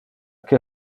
que